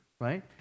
right